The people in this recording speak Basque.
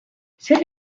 zer